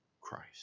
Christ